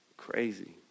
Crazy